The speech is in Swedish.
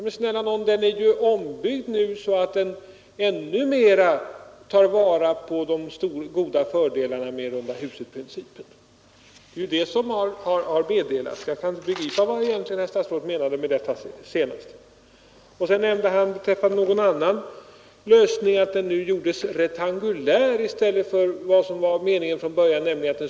Men snälla nån, den är ju ombyggd nu så att den ännu mera tar vara på de goda fördelarna med rundhusprincipen. Det är ju det som har meddelats. Jag kan därför inte begripa vad statsrådet menade med det. Sedan nämnde herr Norling beträffande någon annan lösning att man hade gjort stationsbyggnaden rektangulär i stället för rund som var meningen från början.